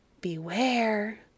Beware